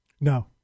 No